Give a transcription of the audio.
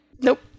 nope